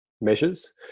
measures